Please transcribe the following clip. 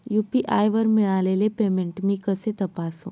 UPI वर मिळालेले payment मी कसे तपासू?